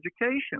education